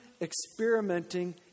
experimenting